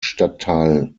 stadtteil